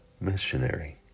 missionary